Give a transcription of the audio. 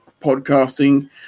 podcasting